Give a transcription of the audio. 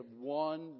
one